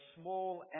small